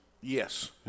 Yes